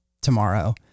tomorrow